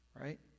Right